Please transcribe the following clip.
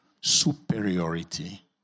Superiority